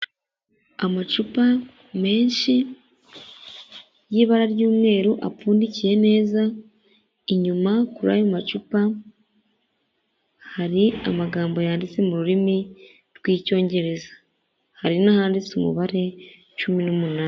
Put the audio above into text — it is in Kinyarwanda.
Amacupa menshi y'ibara ry'umweru apfundikiye neza, inyuma kuri ayo macupa, hari amagambo yanditse mu rurimi rw'icyongereza, hari n'ahanditse umubare cumi n'umunani.